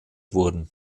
wurden